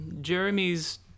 Jeremy's